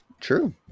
True